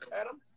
Adam